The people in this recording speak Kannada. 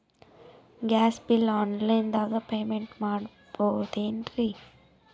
ಗ್ಯಾಸ್ ಬಿಲ್ ಆನ್ ಲೈನ್ ದಾಗ ಪೇಮೆಂಟ ಮಾಡಬೋದೇನ್ರಿ?